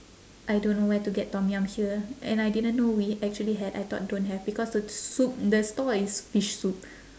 I don't know where to get tom yum here and I didn't know we actually had I thought don't have because the soup the stall is fish soup